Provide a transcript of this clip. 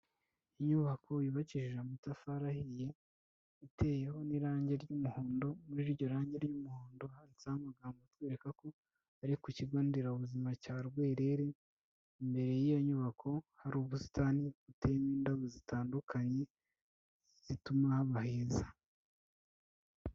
Inyubako yubakishije amatafari ahiye, iteyeho n'irangi ry'umuhondo, muri iryo range ry'umuhondo handitseho amagambo atwereka ko, ari ku kigonderabuzima cya Rwerere, imbere y'iyo nyubako hari ubusitani, buteyemo indabo zitandukanye zituma haba heza.